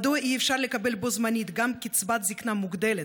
1. מדוע אי-אפשר לקבל בו-זמנית גם קצבת זקנה מוגדלת,